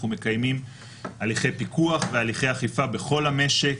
אנחנו מקיימים הליכי פיקוח והליכי אכיפה בכל המשק